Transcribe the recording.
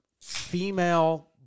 female